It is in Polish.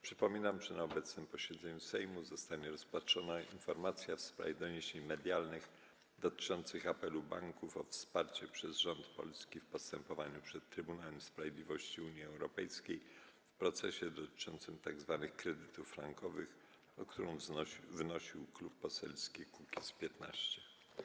Przypominam, że na obecnym posiedzeniu Sejmu zostanie rozpatrzona informacja w sprawie doniesień medialnych dotyczących apelu banków o wsparcie przez rząd Polski w postępowaniu przed Trybunałem Sprawiedliwości Unii Europejskiej w procesie dotyczącym tzw. kredytów frankowych, o którą wnosił Klub Poselski Kukiz’15.